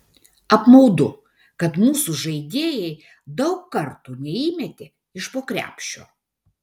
apmaudu kad mūsų žaidėjai daug kartų neįmetė iš po krepšio